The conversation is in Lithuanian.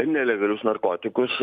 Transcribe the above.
nelegalius narkotikus